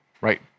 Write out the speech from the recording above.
right